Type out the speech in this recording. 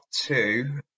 two